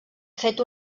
fet